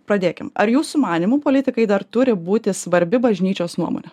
pradėkim ar jūsų manymu politikai dar turi būti svarbi bažnyčios nuomonė